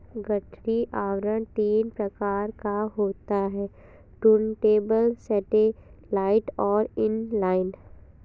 गठरी आवरण तीन प्रकार का होता है टुर्नटेबल, सैटेलाइट और इन लाइन